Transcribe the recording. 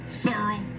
thorough